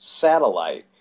satellite